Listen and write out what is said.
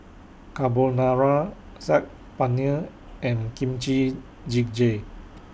Carbonara Saag Paneer and Kimchi Jjigae